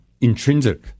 intrinsic